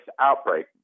outbreak